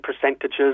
percentages